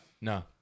No